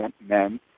men